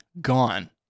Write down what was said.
gone